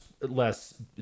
less